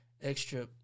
extra